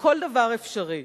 לכל דבר אפשרי.